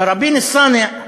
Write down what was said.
תראבין-אלסאנע,